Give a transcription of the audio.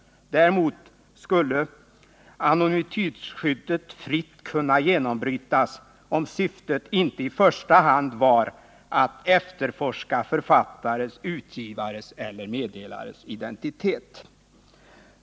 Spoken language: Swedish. Däremot skulle anonymitetsskyddet fritt kunna genombrytas om syftet inte i första hand var att efterforska författares, utgivares eller meddelares identitet.